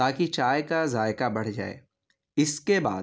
تاکہ چائے کا ذائقہ بڑھ جائے اس کے بعد